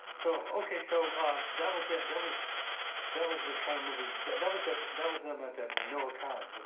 so ok so that was it that was that was the kind of movies that that was it that was them at the noah college